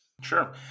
Sure